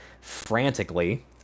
frantically